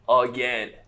again